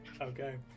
Okay